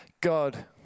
God